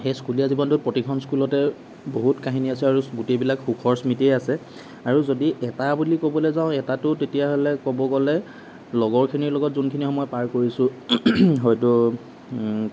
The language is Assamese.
সেই স্কুলীয়া জীৱনটোত প্ৰতিখন স্কুলতে বহুত কাহিনী আছে আৰু গোটেইবিলাক সুখৰ স্মৃতিয়েই আছে আৰু যদি এটা বুলি ক'বলে যাওঁ এটাটো তেতিয়াহ'লে ক'ব গ'লে লগৰখিনিৰ লগত যোনখিনি সময় পাৰ কৰিছোঁ হয়তো